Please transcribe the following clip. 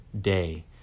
day